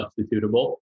substitutable